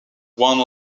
one